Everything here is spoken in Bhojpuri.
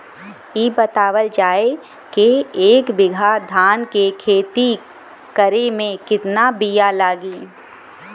इ बतावल जाए के एक बिघा धान के खेती करेमे कितना बिया लागि?